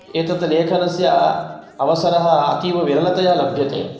एतद् लेखनस्य अवसरः अतीवविरलतया लभ्यते